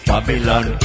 Babylon